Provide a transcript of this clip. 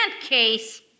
case